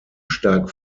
stark